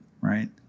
right